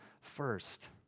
first